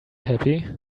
happy